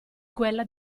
quella